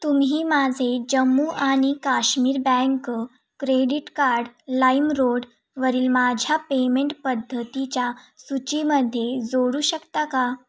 तुम्ही माझे जम्मू आणि काश्मीर बँक क्रेडिट कार्ड लाईमरोडवरील माझ्या पेमेंट पद्धतीच्या सूचीमध्ये जोडू शकता का